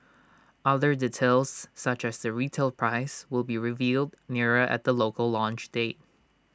other details such as the retail price will be revealed nearer at the local launch date